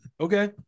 Okay